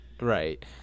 Right